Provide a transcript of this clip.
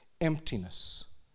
emptiness